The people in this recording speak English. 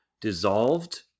dissolved